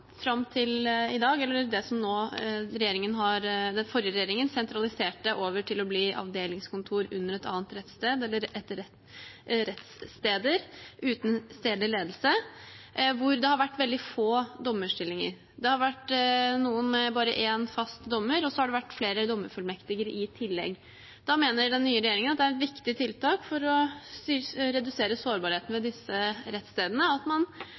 fram til i dag, eller det som den forrige regjeringen sentraliserte over til å bli avdelingskontor under et annet rettssted, eller rettssteder uten stedlig ledelse, hvor det har vært veldig få dommerstillinger. Det har vært noen med bare én fast dommer, og så har det vært flere dommerfullmektiger i tillegg. Da mener den nye regjeringen at det er et viktig tiltak for å redusere sårbarheten ved disse rettsstedene at man